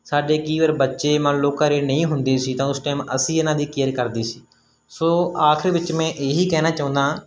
ਸਾਡੇ ਕਈ ਵਾਰ ਬੱਚੇ ਮੰਨ ਲਓ ਘਰ ਨਹੀਂ ਹੁੰਦੀ ਸੀ ਤਾਂ ਉਸ ਟਾਈਮ ਅਸੀਂ ਇਹਨਾਂ ਦੀ ਕੇਅਰ ਕਰਦੇ ਸੀ ਸੋ ਆਖਿਰ ਵਿੱਚ ਮੈਂ ਇਹੀ ਕਹਿਣਾ ਚਾਹੁੰਦਾ